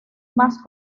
más